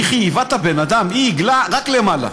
היא חייבה את האדם, היא עיגלה רק למעלה.